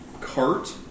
cart